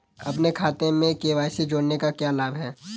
अपने खाते में के.वाई.सी जोड़ने का क्या लाभ है?